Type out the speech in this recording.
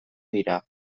dira